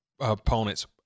opponents